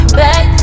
back